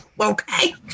Okay